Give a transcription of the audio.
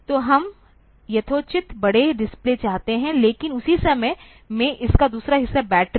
तो हम यथोचित बड़े डिस्प्ले चाहते हैं लेकिन उसी समय में इसका दूसरा हिस्सा बैटरी है